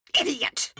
idiot